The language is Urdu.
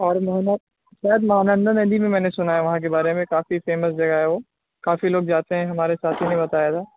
اور میں نے شاید مہا نندا ندی بھی میں نے سنا ہے وہاں کے بارے میں کافی فیمس جگہ ہے وہ کافی لوگ جاتے ہیں ہمارے ساتھیوں نے بتایا تھا